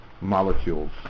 molecules